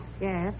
Yes